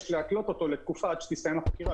להתלות אותו לתקופה עד שתסתיים החקירה.